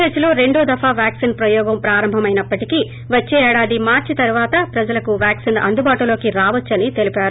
H లో రెండో దఫా వ్యాక్పిన్ ప్రయాగం ప్రారంభమైనప్పటికీ వచ్సే ఏడాది మార్స్ తరువాత ప్రజలకు వ్యాక్సిన్ అందుబాటులోకి రావచ్చని తెలిపారు